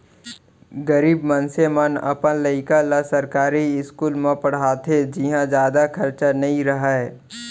गरीब मनसे मन अपन लइका ल सरकारी इस्कूल म पड़हाथे जिंहा जादा खरचा नइ रहय